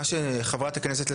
מה שחברת הכנסת,